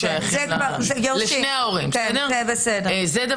זה תיקון מוסכם.